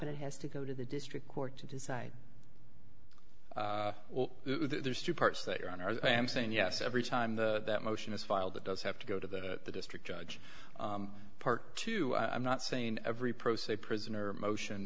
and it has to go to the district court to decide there's two parts that are on earth i am saying yes every time that motion is filed it does have to go to the the district judge park to i'm not saying every pro se prisoner motion